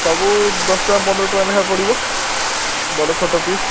ସବୁ ଦଶ ଟଙ୍କା ପନ୍ଦର ଟଙ୍କା ଲେଖା ପଡ଼ିବ ବଡ଼ ଛୋଟ ପିସ୍